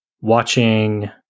watching